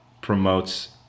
promotes